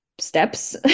steps